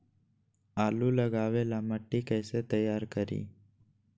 आलु लगावे ला मिट्टी कैसे तैयार करी?